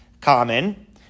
common